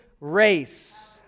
race